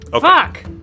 Fuck